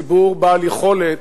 ציבור בעל יכולת,